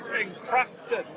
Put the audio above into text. encrusted